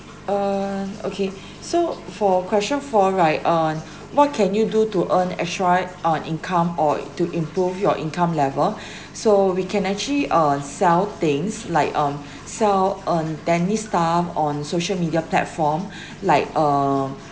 uh okay so for question four right uh what can you do to earn extra uh income or to improve your income level so we can actually uh sell things like um sell on stuff on social media platform like uh